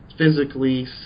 physically